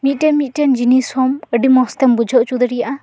ᱢᱤᱫᱴᱮᱱ ᱢᱤᱫᱴᱮᱢ ᱡᱤᱱᱤᱥ ᱦᱚᱢ ᱟᱹᱰᱤ ᱢᱚᱡ ᱛᱮᱢ ᱵᱩᱡᱷᱟᱹᱣ ᱚᱪᱚ ᱫᱟᱲᱮᱭᱟᱜᱼᱟ